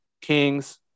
Kings